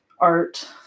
Art